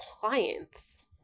clients